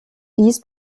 dies